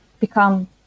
become